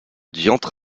diantre